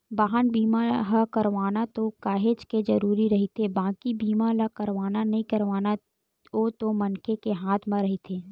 बाहन बीमा ह करवाना तो काहेच के जरुरी रहिथे बाकी बीमा ल करवाना नइ करवाना ओ तो मनखे के हात म रहिथे